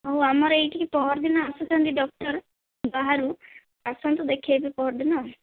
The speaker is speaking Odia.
ହଉ ଆମର ଏଇଠିକି ପହରଦିନ ଆସୁଛନ୍ତି ଡକ୍ଟର ବାହାରୁ ଆସନ୍ତୁ ଦେଖେଇବେ ପହରଦିନ